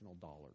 dollars